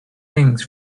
things